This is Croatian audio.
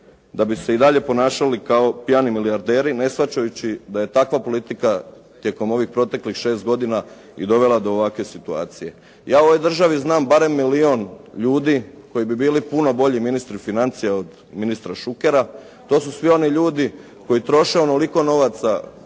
da bi se i dalje ponašali kao pijani milijarderi, ne shvaćajući da je takva politika tijekom ovih proteklih 6 godina i dovela do ovakve situacije. Ja u ovoj državi znam barem milijun ljudi koji bi bili puno bolji ministri financija od ministra Šukera. To su svi oni ljudi koji troše onoliko novaca